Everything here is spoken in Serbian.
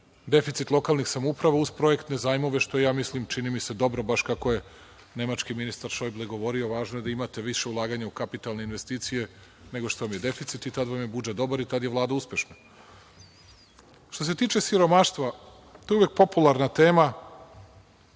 deficit lokalnih samouprava uz projektne zajmove, što je mislim, čini mi se, baš dobro, kako je nemački ministar Šojble govorio - važno je da imate više ulaganja u kapitalne investicije nego što vam je deficit i onda vam je budžet dobar i tada je Vlada uspešna. Što se tiče siromaštva, to je uvek popularna tema